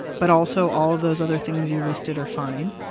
but also all of those other things you listed are fine,